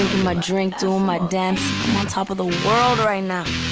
my drink. doing my dance i'm on top of the world right now.